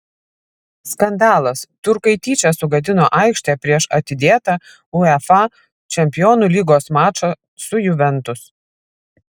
skandalas turkai tyčia sugadino aikštę prieš atidėtą uefa čempionų lygos mačą su juventus